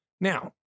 Now